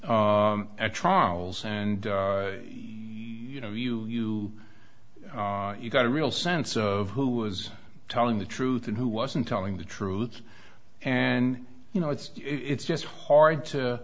at trials and you know you you you got a real sense of who was telling the truth and who wasn't telling the truth and you know it's it's just hard